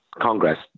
Congress